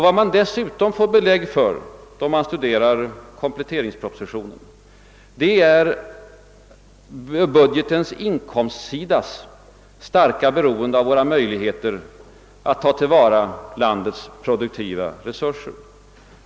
Vad man ytterligare får belägg för då man studerar - kompletteringspropositionen är budgetens inkomstsidas starka beroende av våra möjligheter att ta till vara landets produktiva resurser.